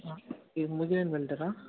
இது முஜேன் வெல்டரா